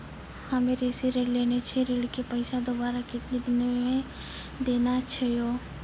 हम्मे कृषि ऋण लेने छी ऋण के पैसा दोबारा कितना दिन मे देना छै यो?